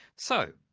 so,